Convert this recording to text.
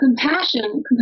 compassion